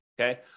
okay